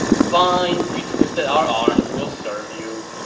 fine, you twisted our arms we'll serve you